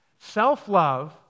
Self-love